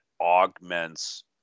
augments